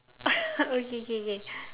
okay K K